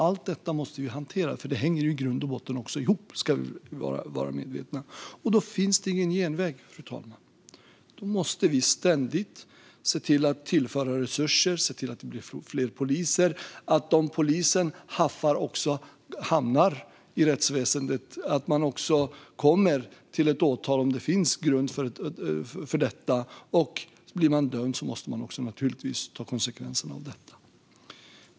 Allt detta måste hanteras, för det hänger i grund och botten ihop, ska vi vara medvetna om. Då finns det ingen genväg, fru talman. Då måste vi ständigt se till att vi tillför resurser, att det blir fler poliser, att de som polisen haffar hamnar i rättsväsendet och att de åtalas om det finns grund för detta. Blir man dömd måste man naturligtvis också ta konsekvenserna av det.